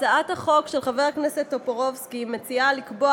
הצעת החוק של חבר הכנסת טופורובסקי מציעה לקבוע